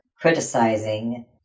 criticizing